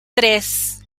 tres